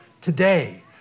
today